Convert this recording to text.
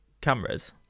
cameras